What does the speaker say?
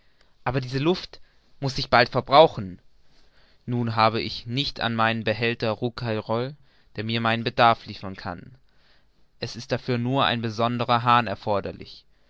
aber diese luft muß sich bald verbrauchen nun hab ich nicht meinen behälter rouquayrol der mir meinen bedarf liefern kann es ist dafür nur ein besonderer hahn erforderlich